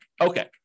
Okay